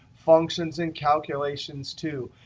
functions and calculations too.